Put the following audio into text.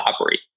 operate